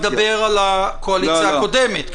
-- אתה מדבר על הקואליציה הקודמת,